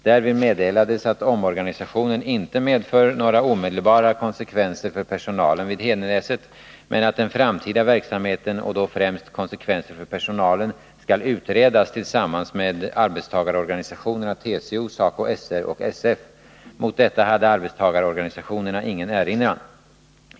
Därvid meddelades att omorganisationen inte medför några omedelbara konsekvenser för personalen vid Hedenäset men att den framtida verksamheten, och då främst konsekvenser för personalen, skall utredas tillsammans med arbetstagarorganisationerna TCO, SACO/SR och SF. Mot detta hade arbetstagarorganisationerna ingen erinran.